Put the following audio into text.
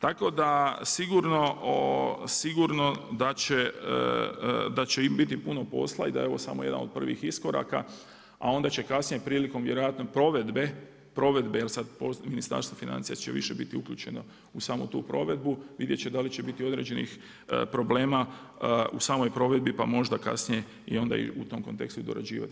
Tako da sigurno da će biti puno posla i da je ovo samo jedan od prvih iskoraka, a onda će kasnije prilikom vjerojatno provedbe, jer sad Ministarstvo financija će više biti uključeno u samu tu provedbu, vidjet će da li će biti određenih problema u samoj provedbi pa možda kasnije i onda u tom kontekstu i dorađivati.